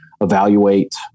evaluate